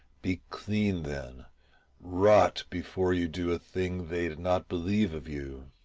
be clean then rot before you do a thing they'd not believe of you.